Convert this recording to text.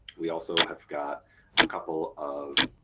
we also have got a couple of